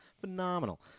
Phenomenal